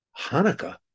Hanukkah